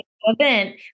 event